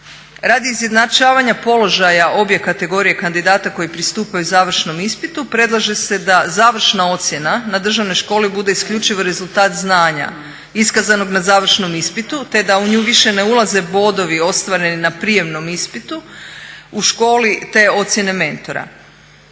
Radi izjednačavanja položaja obje kategorije kandidata koji pristupaju završnom ispitu predlaže se da završna ocjena na državnoj školi bude isključivo rezultat znanja iskazanog na završnom ispitu te da u nju više ne ulaze bodovi ostvareni na prijemnom ispitu u školi te ocjene mentora.